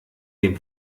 dem